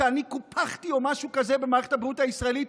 "אני קופחתי" או משהו כזה במערכת הבריאות הישראלית,